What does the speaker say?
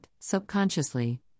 subconsciously